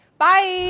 Bye